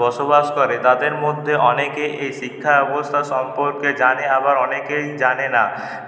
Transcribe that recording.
বসবাস করে তাদের মধ্যে অনেকে এই শিক্ষা ব্যবস্থা সম্পর্কে জানে আবার অনেকেই জানে না